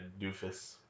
doofus